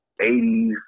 80s